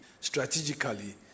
strategically